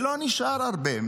ולא נשאר הרבה,